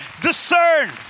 Discern